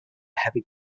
heavy